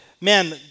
man